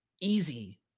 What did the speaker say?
easy